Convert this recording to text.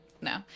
no